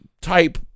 type